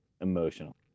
emotional